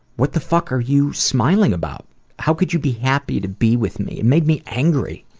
what the fuck are you smiling about? how could you be happy to be with me? it made me angry.